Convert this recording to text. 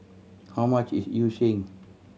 how much is Yu Sheng